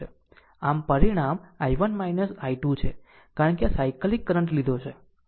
આમ પરિણામ I1 I2 છે કારણ કે આ સાયકલીક કરંટ લીધો છે